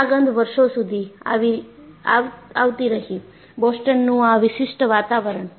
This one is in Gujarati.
આ ગંધ વર્ષો સુધી આવતી રહી બોસ્ટનનું આ વિશિષ્ટ વાતાવરણ